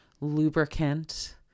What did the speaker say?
lubricant